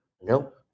Nope